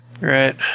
Right